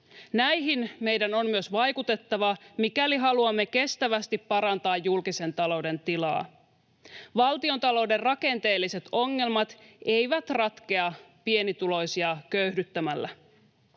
Näihin meidän on myös vaikutettava, mikäli haluamme kestävästi parantaa julkisen talouden tilaa. Valtiontalouden rakenteelliset ongelmat eivät ratkea pienituloisia köyhdyttämällä.